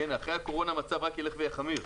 אחרי הקורונה המצב רק ילך ויחמיר,